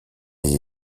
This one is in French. des